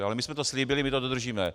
Ale my jsme to slíbili, my to dodržíme.